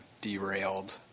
derailed